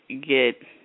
get